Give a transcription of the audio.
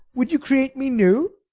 would you create me new?